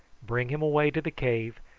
bring him away to the cave,